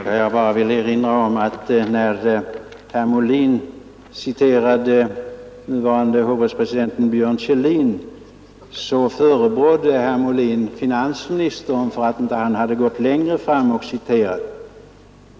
Herr talman! Jag vill bara erinra om att herr Molin förebrådde finansministern, som ur protokollet citerade nuvarande hovrättspresidenten Björn Kjellin, för att finansministern inte också gått längre fram i protokollet och citerat andra talare.